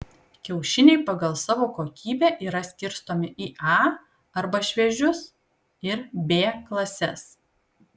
kiaušiniai pagal savo kokybę yra skirstomi į a arba šviežius ir b klases